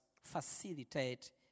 facilitate